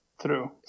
True